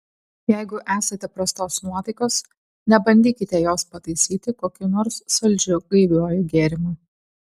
jeigu esate prastos nuotaikos nebandykite jos pataisyti kokiu nors saldžiu gaiviuoju gėrimu